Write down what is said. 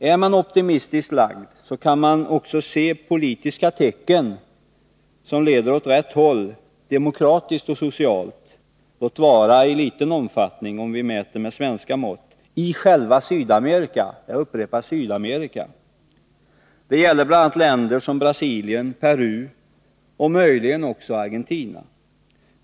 Är man optimistiskt lagd kan man se politiska tecken som leder åt rätt håll, demokratiskt och socialt — låt vara i liten omfattning, om vi mäter med svenska förhållanden — i själva Sydamerika; jag upprepar Sydamerika. Det gäller bl.a. länder som Brasilien, Peru och möjligen också Argentina.